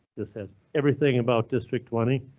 this has everything about district twenty.